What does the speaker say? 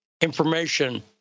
information